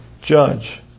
judge